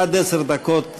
עד עשר דקות לרשותך.